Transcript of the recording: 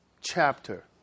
chapter